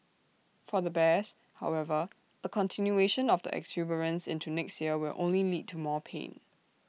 for the bears however A continuation of the exuberance into next year will only lead to more pain